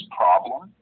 problem